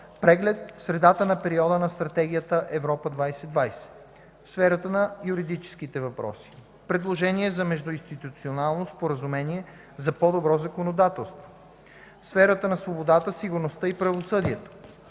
Преглед в средата на периода на стратегията „Европа 2020”; В сферата на юридическите въпроси: 2. Предложение за междуинституционално споразумение за по-добро законотворчество. В сферата на свободата, сигурността и правосъдието: